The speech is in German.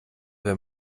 wenn